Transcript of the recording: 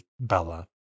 bella